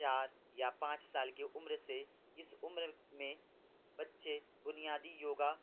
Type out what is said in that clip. چار یا پانچ سال کی عمر سے اس عمر میں بچے بنیادی یوگا